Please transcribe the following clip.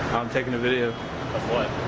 taking a video of like